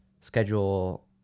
schedule